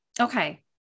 Okay